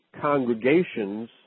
congregations